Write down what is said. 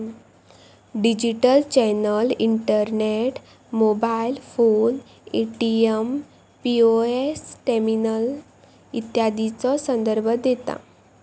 digital channel internet, mobile phone, ATM, POS terminal इत्यादीचो संदर्भ देता